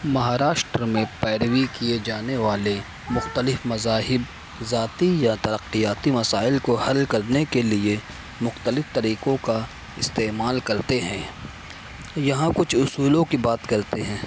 مہاراشٹر میں پیروی کیے جانے والے مختلف مذاہب ذاتی یا ترقیاتی مسائل کو حل کرنے کے لیے مختلف طریقوں کا استعمال کرتے ہیں یہاں کچھ اصولوں کی بات کرتے ہیں